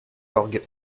l’orgue